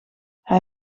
hij